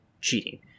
cheating